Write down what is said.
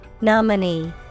Nominee